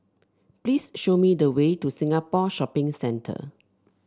please show me the way to Singapore Shopping Centre